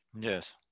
yes